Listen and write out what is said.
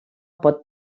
pot